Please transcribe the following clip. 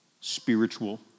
spiritual